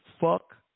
fuck